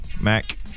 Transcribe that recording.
Mac